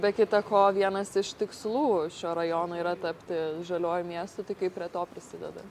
be kita ko vienas iš tikslų šio rajono yra tapti žaliuoju miestu tai kaip prie to prisideda